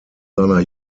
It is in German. seiner